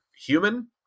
human